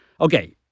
Okay